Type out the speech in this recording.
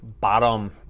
bottom